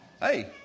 hey